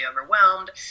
overwhelmed